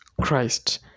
Christ